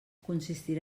consistirà